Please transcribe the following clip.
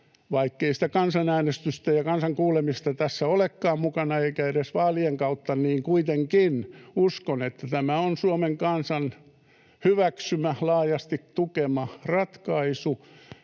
Vaikkei sitä kansanäänestystä ja kansan kuulemista tässä olekaan mukana eikä edes vaalien kautta, niin kuitenkin uskon, että tämä on Suomen kansan hyväksymä, laajasti tukema ratkaisu.